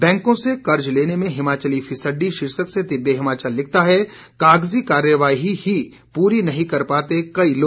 बैंकों से कर्ज लेने में हिमाचली फिसड्डी शीर्षक से दिव्य हिमाचल लिखता है कागजी कार्रवाई ही पूरी नहीं कर पाते कई लोग